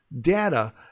Data